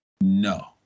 No